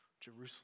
Jerusalem